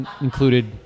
included